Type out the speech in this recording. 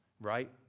right